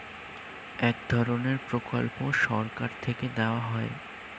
এক ধরনের প্রকল্প সরকার থেকে দেওয়া হয়